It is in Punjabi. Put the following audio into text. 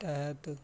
ਤਹਿਤ